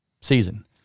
season